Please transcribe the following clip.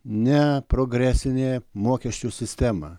ne progresinė mokesčių sistemą